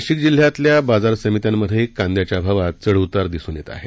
नाशिक जिल्ह्यातल्या बाजार समित्यांमध्ये कांद्याच्या भावात चढ उतार दिसून येत आहे